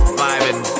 vibing